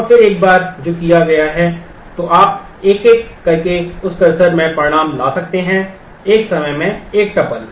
और फिर एक बार जो किया गया है तो आप एक एक करके उस कर्सर में परिणाम ला सकते हैं एक समय में एक टपल